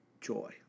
joy